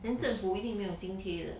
then 政府一定没有津贴的